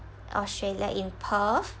australia in perth